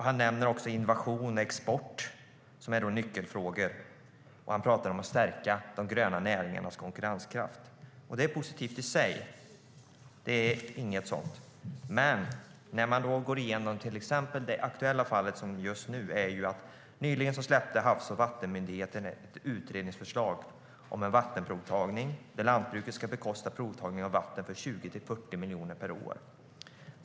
Han nämner innovation och export som nyckelfrågor, och han talar om att stärka de gröna näringarnas konkurrenskraft, vilket är positivt i sig.I till exempel det aktuella fallet presenterade Havs och vattenmyndigheten nyligen ett utredningsförslag om vattenprovtagning där lantbruket ska bekosta provtagning av vatten med 20-40 miljoner per år.